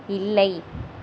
இல்லை